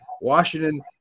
Washington